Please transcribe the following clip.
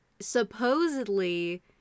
Supposedly